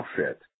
outfit